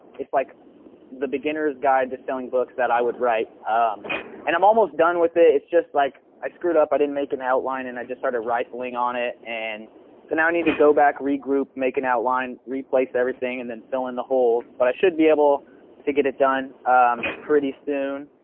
it's like the beginner's guide to selling books that i would write um and i'm almost done with it. it's just like i screwed up, i didn't make an outline and i just started rifling on it and so now i need to go back regroup, make an outline, replace everything and then fill in the holes. but i should be able to get it done pretty soon.